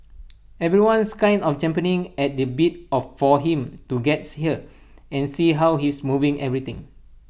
everyone's kind of champing at the bit of for him to gets here and see how he's moving everything